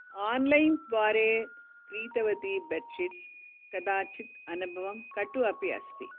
online द्वारा क्रीतवती bedsheets कदाचित् अनुभवं कटु अपि अस्ति